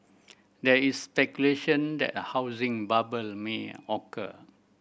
there is speculation that a housing bubble may occur